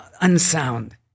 unsound